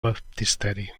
baptisteri